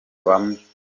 bamwe